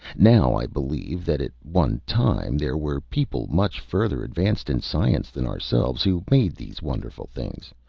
now i believe that at one time there were people much further advanced in science than ourselves, who made these wonderful things,